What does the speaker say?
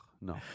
No